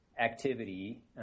Activity